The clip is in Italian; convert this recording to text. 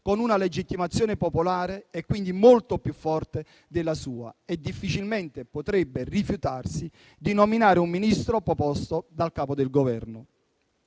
con una legittimazione popolare e, quindi, molto più forte della sua e difficilmente potrebbe rifiutarsi di nominare un Ministro proposto dal Capo del Governo.